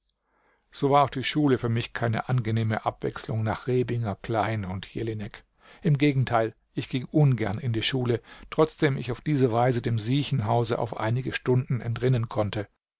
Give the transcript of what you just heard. so war auch die schule für mich keine angenehme abwechslung nach rebinger klein und jelinek im gegenteil ich ging ungern in die schule trotzdem ich auf diese weise dem siechenhause auf einige stunden entrinnen konnte